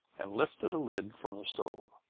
and lifted a lid from the stove.